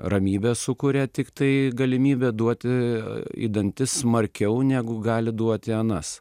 ramybę sukuria tiktai galimybė duoti į dantis smarkiau negu gali duoti anas